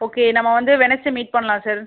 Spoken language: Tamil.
ஓகே நம்ம வந்து வெனஸ்டே மீட் பண்ணலாம் சார்